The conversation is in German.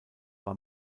war